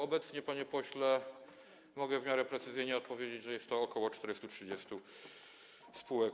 Obecnie, panie pośle - mogę w miarę precyzyjnie odpowiedzieć - jest to około 430 spółek.